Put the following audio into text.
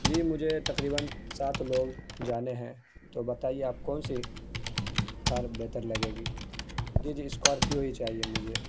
جی مجھے تقریباً سات لوگ جانے ہیں تو بتائیے آپ کون سی کار بہتر لگے گی جی جی اسکارپیو ہی چاہیے مجھے